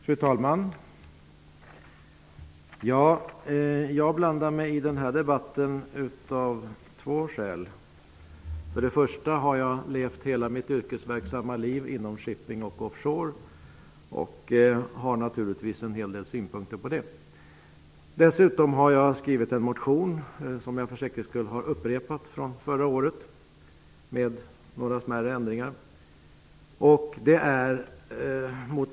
Fru talman! Jag blandar mig in i debatten av två skäl. Först och främst har jag verkat hela mitt yrkesverksamma liv inom shipping och offshoreverksamhet, och jag har naturligtvis en hel del synpunkter. Dessutom har jag väckt en motion -- som jag för säkerhets skull har upprepat från förra året med några smärre ändringar.